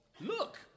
Look